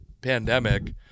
pandemic